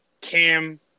Cam